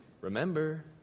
Remember